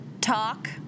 talk